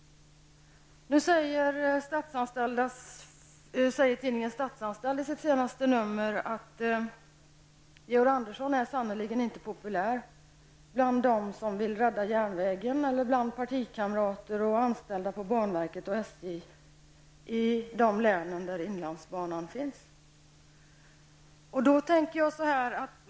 Nu säger man i det senaste numret av tidningen Statsanställda att Georg Andersson sannerligen inte är populär bland dem som vill rädda järnvägen och bland partikamrater och anställda på banverket och SJ i de län där inlandsbanan finns.